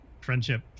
friendship